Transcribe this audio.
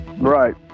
Right